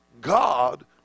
God